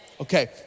Okay